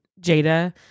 Jada